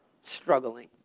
struggling